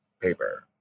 Paper